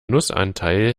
nussanteil